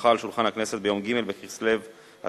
הונחה על שולחן הכנסת ביום ג' בכסלו התשע"ב,